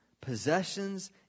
possessions